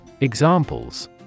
Examples